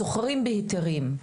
סוחרים בהיתרים,